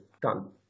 done